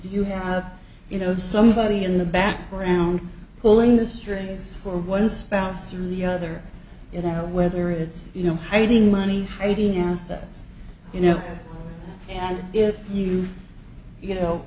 you have you know somebody in the background pulling the strings for one spouse or the other in a whether it's you know hiding money trading assets you know and if you you know